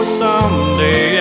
someday